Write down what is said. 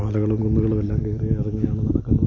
മലകളും കുന്നുകളും എല്ലാം കയറി ഇറങ്ങിയാണ് നടക്കുന്നത്